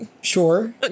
Sure